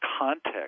context